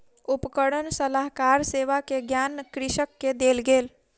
उपकरण सलाहकार सेवा के ज्ञान कृषक के देल गेल